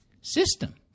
system